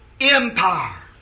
empire